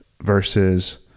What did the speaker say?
versus